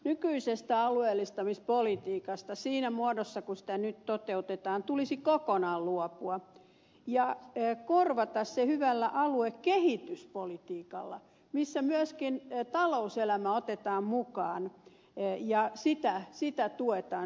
nykyisestä alueellistamispolitiikasta siinä muodossa kuin sitä nyt toteutetaan tulisi kokonaan luopua ja korvata se hyvällä aluekehityspolitiikalla missä myöskin talouselämä otetaan mukaan ja sitä tuetaan samalla